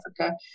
Africa